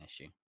issue